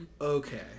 okay